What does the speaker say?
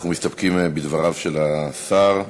אנחנו מסתפקים בדבריו של השר.